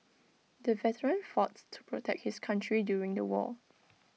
the veteran fought to protect his country during the war